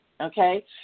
okay